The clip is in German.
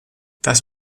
das